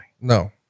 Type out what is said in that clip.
No